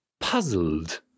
puzzled